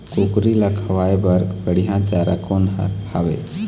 कुकरी ला खवाए बर बढीया चारा कोन हर हावे?